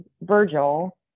Virgil